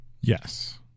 Yes